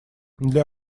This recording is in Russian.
для